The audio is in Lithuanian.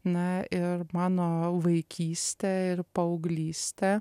na ir mano vaikystė ir paauglystė